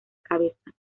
cabeza